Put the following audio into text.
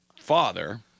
father